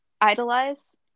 idolize